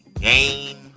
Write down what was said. game